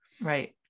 Right